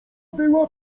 była